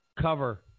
cover